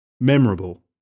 memorable